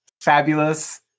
fabulous